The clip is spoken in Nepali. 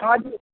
हजुर